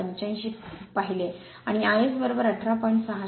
085 पाहिले आणि iS18